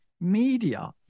media